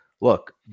look